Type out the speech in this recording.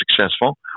successful